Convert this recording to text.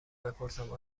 بپرسم